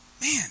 man